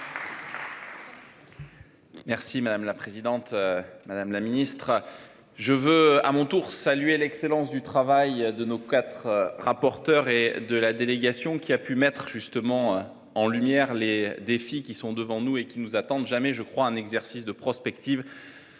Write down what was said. Merci madame la présidente. Madame la Ministre je veux à mon tour saluer l'excellence du travail de nos 4 rapporteur et de la délégation qui a pu mettre justement en lumière les défis qui sont devant nous et qui nous attendent. Jamais je crois un exercice de prospective.